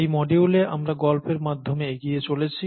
এই মডিউলে আমরা গল্পের মাধ্যমে এগিয়ে চলেছি